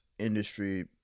industry